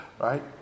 Right